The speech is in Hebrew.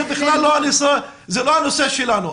זה לא הנושא שלנו.